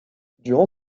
durant